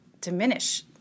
diminish